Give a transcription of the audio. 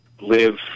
live